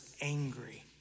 angry